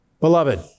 Beloved